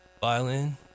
violin